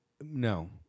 No